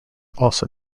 also